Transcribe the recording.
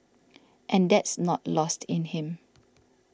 and that's not lost in him